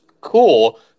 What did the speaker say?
cool